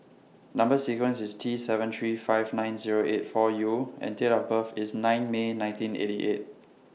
Number sequence IS T seven three five nine Zero eight four U and Date of birth IS nine May nineteen eighty eight